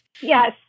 Yes